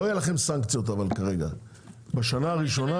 לא יהיו לכם סנקציות כשנה הראשונה,